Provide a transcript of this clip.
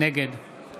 נגד